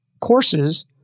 courses